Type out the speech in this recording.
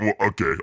okay